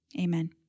amen